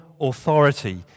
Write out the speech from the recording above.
authority